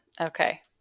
Okay